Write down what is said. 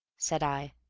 said i.